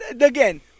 again